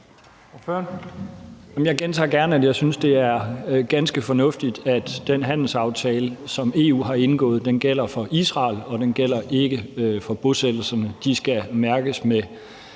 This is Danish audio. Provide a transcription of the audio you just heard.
Jeg gentager gerne, at jeg synes, det er ganske fornuftigt, at den handelsaftale, som EU har indgået, gælder for Israel, og at den ikke gælder for varer fra bosættelserne. De kan ikke mærkes med,